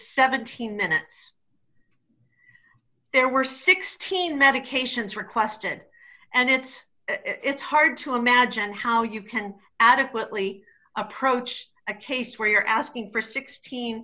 seventeen minutes there were sixteen medications requested and it's it's hard to imagine how you can adequately approach a case where you're asking for sixteen